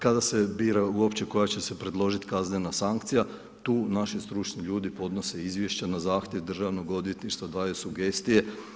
Kada se bira uopće koja će se predložit kaznena sankcija tu naši stručni ljudi podnose izvješće na zahtjev Državnog odvjetništva daju sugestije.